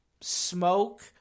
smoke